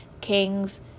King's